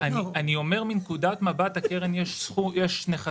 אני אומר שמנקודת מבט הקרן יש נכסים